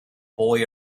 boy